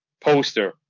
poster